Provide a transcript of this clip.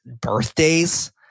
birthdays